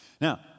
Now